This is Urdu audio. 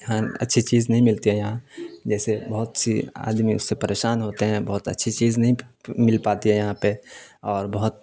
اچھی چیز نہیں ملتی ہے یہاں جیسے بہت سی آدمی اس سے پریشان ہوتے ہیں بہت اچھی چیز نہیں مل پاتی ہے یہاں پہ اور بہت